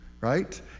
Right